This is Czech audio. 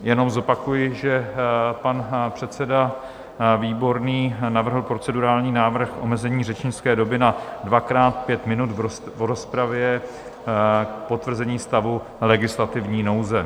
Jenom zopakuji, že pan předseda Výborný navrhl procedurální návrh omezení řečnické doby na dvakrát pět minut v rozpravě k potvrzení stavu legislativní nouze.